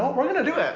we're gonna do it!